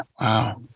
wow